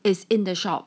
is in the shop